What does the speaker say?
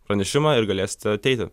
pranešimą ir galėsite ateiti